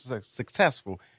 successful